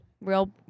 real